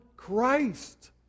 Christ